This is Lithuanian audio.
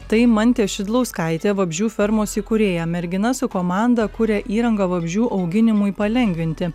tai mantė šidlauskaitė vabzdžių fermos įkūrėja mergina su komanda kuria įrangą vabzdžių auginimui palengvinti